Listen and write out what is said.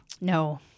No